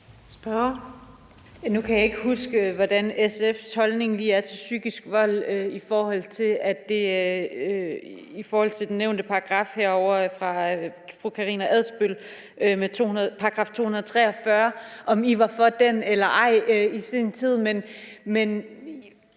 Nu kan jeg ikke lige huske, hvordan SF's holdning er til psykisk vold i forhold til den paragraf, som fru Karina Adsbøl nævnte, altså § 243 – om I var for den eller ej i sin tid.